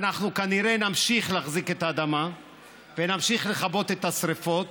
אנחנו כנראה נמשיך להחזיק את האדמה ונמשיך לכבות את השרפות,